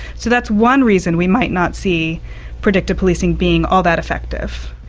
so that's one reason we might not see predictive policing being all that effective.